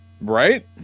Right